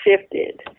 shifted